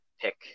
pick